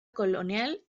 colonial